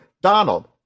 donald